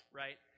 right